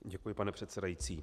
Děkuji, pane předsedající.